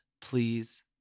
please